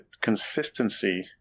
consistency